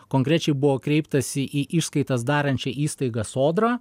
konkrečiai buvo kreiptasi į išskaitas darančią įstaigą sodrą